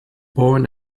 born